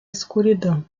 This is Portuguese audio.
escuridão